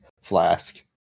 flask